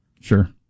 Sure